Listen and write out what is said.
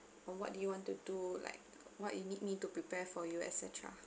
uh what do you want to do like what you need me to prepare for you et cetera